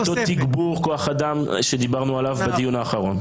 זה אותו תגבור כוח אדם שדיברנו עליו בדיון האחרון.